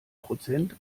prozent